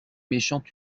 méchante